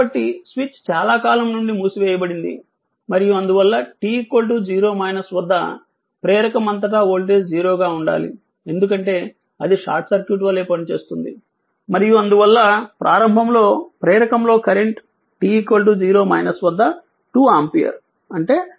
కాబట్టి స్విచ్ చాలా కాలం నుండి మూసివేయబడింది మరియు అందువల్ల t 0 వద్ద ప్రేరకం అంతటా వోల్టేజ్ 0 గా ఉండాలి ఎందుకంటే అది షార్ట్ సర్క్యూట్ వలె పనిచేస్తుంది మరియు అందువల్ల ప్రారంభంలో ప్రేరకంలో కరెంట్ t 0 వద్ద 2 ఆంపియర్ అంటే iL 2 ఆంపియర్